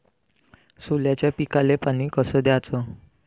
सोल्याच्या पिकाले पानी कस द्याचं?